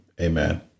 amen